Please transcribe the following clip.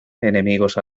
enemigos